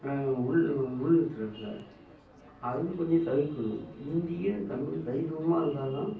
அது வந்து கொஞ்சம் தவிர்க்கணும் ஹிந்தியும் தமிழும் சரிசமமாக இருந்தால்தான்